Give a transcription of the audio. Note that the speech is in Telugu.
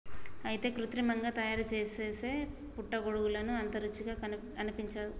అయితే కృత్రిమంగా తయారుసేసే పుట్టగొడుగులు అంత రుచిగా అనిపించవు